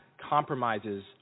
compromises